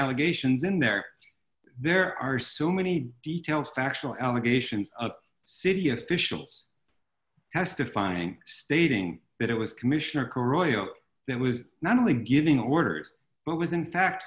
allegations in there there are so many details factual allegations of city officials testifying stating that it was commissioner coroneos that was not only giving orders but was in fact